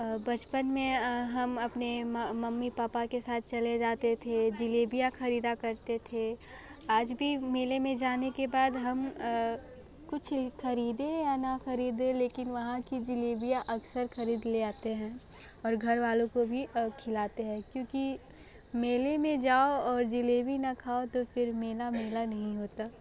बचपन में हम अपने मम्मी पापा के साथ चले जाते थे जिलेबिया ख़रीदा करते थे आज भी मेले में जाने के बाद हम कुछ खरीदे या ना खरीदे लेकिन वहाँ की जिलेबिया अक्सर खरीद लें आते हैं और घर वालों को भी खिलते हैं क्योंकि मेले में जाओ और जलेबी ना खाओ तो फिर मेला मेला नहीं होता